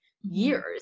Years